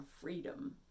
freedom